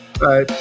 Bye